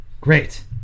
Great